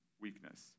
weakness